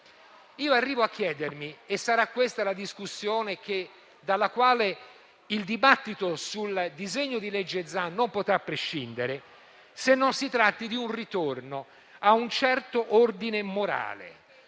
Arrivo a chiedermi - e sarà questa la discussione dalla quale il dibattito sul disegno di legge Zan non potrà prescindere - se non si tratti di un ritorno a un certo ordine morale,